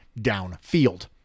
downfield